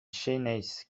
chaynesse